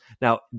Now